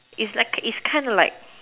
is like a is kinda like